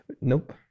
Nope